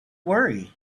worry